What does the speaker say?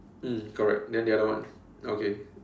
mm correct then the other one okay